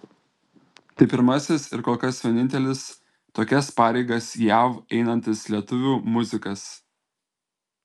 tai pirmasis ir kol kas vienintelis tokias pareigas jav einantis lietuvių muzikas